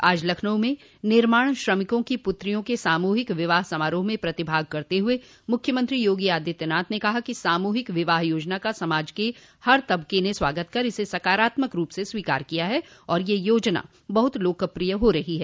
आज लखनऊ में निर्माण श्रमिकों की प्रत्रियों के सामूहिक विवाह समारोह में प्रतिभाग करते हुए मुख्यमंत्री योगी आदित्यनाथ ने कहा कि सामूहिक विवाह योजना का समाज के हर तबके ने स्वागत कर इसे सकारात्मक रूप से स्वीकार किया है और यह योजना बहुत लोकप्रिय हो रही है